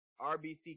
RBC